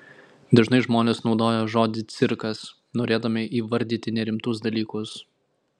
dažnai žmonės naudoja žodį cirkas norėdami įvardyti nerimtus dalykus